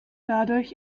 dadurch